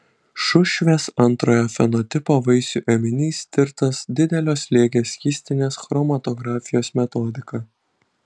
šušvės antrojo fenotipo vaisių ėminys tirtas didelio slėgio skystinės chromatografijos metodika